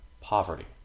poverty